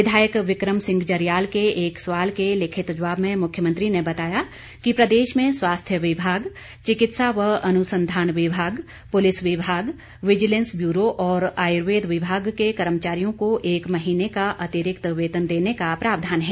विधायक विक्रम सिंह जरयाल के एक सवाल के लिखित जवाब में मुख्यमंत्री ने बताया कि प्रदेश में स्वास्थ्य विभाग चिकित्सा व अनुसंधान विभाग पुलिस विभाग विजिलेंस ब्यूरो और आयुर्वेद विभाग के कर्मचारियों को एक महीने का अतिरिक्त वेतन देने का प्रावधान है